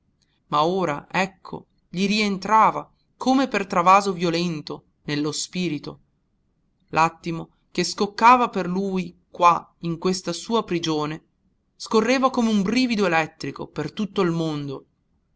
ma ora ecco gli rientrava come per travaso violento nello spirito l'attimo che scoccava per lui qua in questa sua prigione scorreva come un brivido elettrico per tutto il mondo